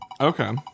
Okay